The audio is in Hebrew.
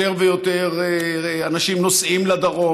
יותר ויותר אנשים נוסעים לדרום,